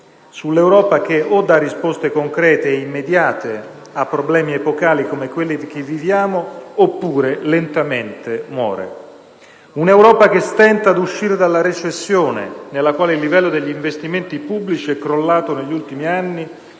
sull'Europa che o dà risposte concrete e immediate a problemi epocali come quelli che viviamo oppure lentamente muore. Un'Europa che stenta ad uscire dalla recessione, nella quale il livello degli investimenti pubblici è crollato negli ultimi anni